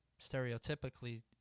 Stereotypically